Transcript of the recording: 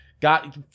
Got